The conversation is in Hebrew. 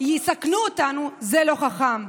יסכנו אותנו זה לא חכם.